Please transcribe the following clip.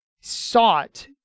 sought